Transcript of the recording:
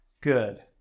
good